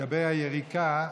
לגבי היריקה,